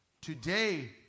Today